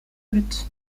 but